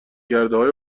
کردههای